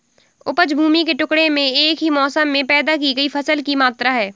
उपज भूमि के टुकड़े में एक ही मौसम में पैदा की गई फसल की मात्रा है